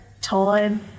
time